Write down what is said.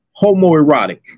homoerotic